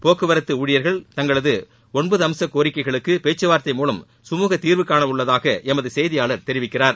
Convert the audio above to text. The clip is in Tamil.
போக்குவரத்து ஊழியர்கள் தங்களது ஒன்பது அம்ச கோரிக்கைகளுக்கு பேச்சுவார்த்தை மூலம் சுமூகத்தீர்வு காணவுள்ளதாக எமது செய்தியாளர் தெரிவிக்கிறார்